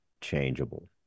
changeable